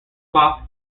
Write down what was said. cloth